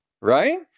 right